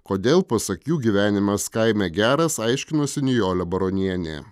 kodėl pasak jų gyvenimas kaime geras aiškinosi nijolė baronienė